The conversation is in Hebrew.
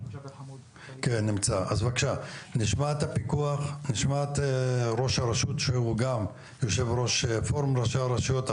קודם הפיקוח יציג את הנתונים ואז יושב ראש הישוב ג'אבר חמוד יתייחס.